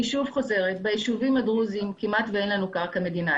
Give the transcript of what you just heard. אני שוב חוזרת: ביישובים הדרוזיים כמעט אין לנו קרקע מדינה.